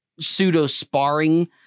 pseudo-sparring